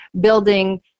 building